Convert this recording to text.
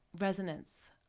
resonance